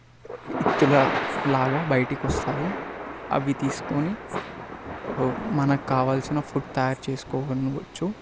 విత్తులలాగా బయటికి వస్తాయి అవి తీసుకొని మనకు కావాల్సిన ఫుడ్ తయారు చేసుకోగలను వచ్చు